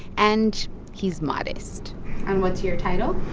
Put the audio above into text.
and he's modest and what's your title?